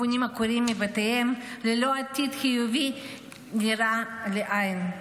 המפונים עקורים מבתיהם ללא עתיד חיובי נראה לעין.